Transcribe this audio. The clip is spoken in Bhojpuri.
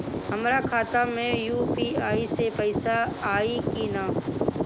हमारा खाता मे यू.पी.आई से पईसा आई कि ना?